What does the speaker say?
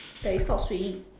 that is not swinging